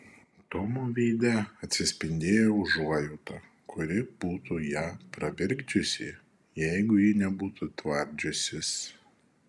tomo veide atsispindėjo užuojauta kuri būtų ją pravirkdžiusi jeigu ji nebūtų tvardžiusis